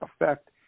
Effect